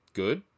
good